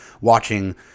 watching